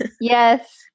Yes